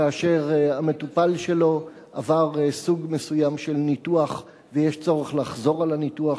כאשר המטופל שלו עבר סוג מסוים של ניתוח ויש צורך לחזור על הניתוח,